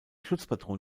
schutzpatron